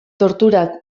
torturak